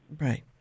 Right